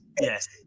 Yes